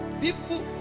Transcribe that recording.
people